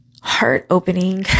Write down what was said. heart-opening